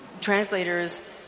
translators